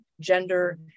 gender